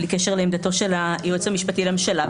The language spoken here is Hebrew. בלי קשר לעמדתו של היועץ המשפטי לממשלה,